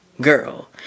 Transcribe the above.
girl